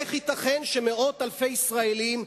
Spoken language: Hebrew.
איך ייתכן שמאות אלפי ישראלים,